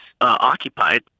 occupied